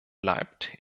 bleibt